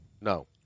No